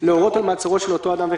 להורות על מעצרו של אותו אדם...".